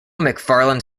mcfarland